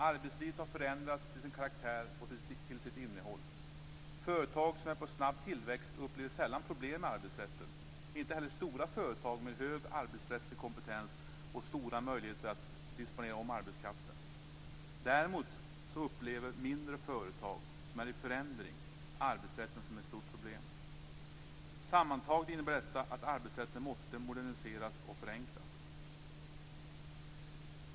Arbetslivet har förändrats till sin karaktär och till sitt innehåll. Företag som är på snabb tillväxt upplever sällan problem med arbetsrätten, inte heller stora företag med hög arbetsrättslig kompetens och stora möjligheter att disponera om arbetskraften. Däremot upplever mindre företag som är i förändring arbetsrätten som ett stort problem. Sammantaget innebär detta att arbetsrätten måste moderniseras och förenklas.